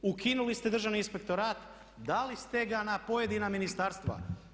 Ukinuli ste Državni inspektorat, dali ste ga na pojedina ministarstva.